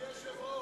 אדוני היושב-ראש,